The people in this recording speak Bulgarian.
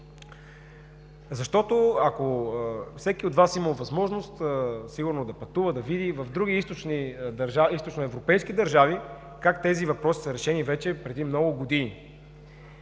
даже. Всеки от Вас е имал възможност сигурно да пътува, да види в други източноевропейски държави как тези въпроси са решени вече преди много години.